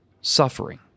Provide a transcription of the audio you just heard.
suffering